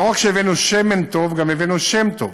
לא רק שהבאנו שמן טוב, גם הבאנו שם טוב: